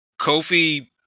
Kofi